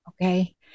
Okay